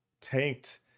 tanked